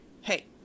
Hey